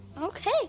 okay